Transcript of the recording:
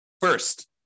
First